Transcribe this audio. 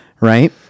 Right